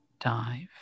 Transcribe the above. dive